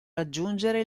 raggiungere